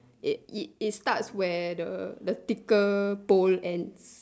i~ it it starts where the thicker pole ends